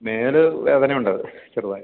മേല് വേദനയുണ്ട് ചെറുതായിട്ട്